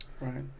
Right